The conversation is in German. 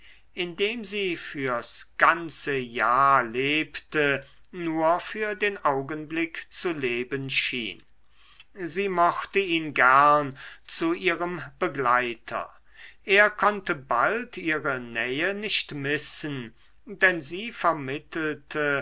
indem sie fürs ganze jahr lebte nur für den augenblick zu leben schien sie mochte ihn gern zu ihrem begleiter er konnte bald ihre nähe nicht missen denn sie vermittelte